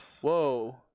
Whoa